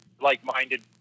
like-minded